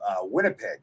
Winnipeg